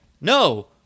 No